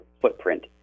footprint